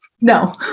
No